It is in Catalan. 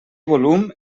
volum